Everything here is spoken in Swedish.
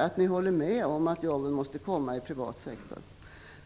att ni håller med om att jobben måste komma från privat sektor.